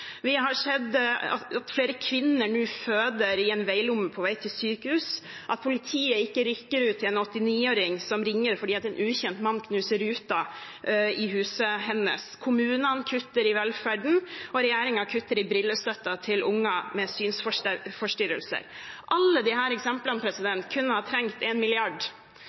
Vi har sett at flere kvinner nå føder i en veilomme på vei til sykehus, at politiet ikke rykker ut til en 89-åring som ringer fordi en ukjent mann knuser ruta i huset hennes. Kommunene kutter i velferden, og regjeringen kutter i brillestøtten til unger med synsforstyrrelser. Alle disse eksemplene kunne trengt en milliard.